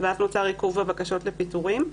ואז נוצר עיכוב בבקשות לפיטורים.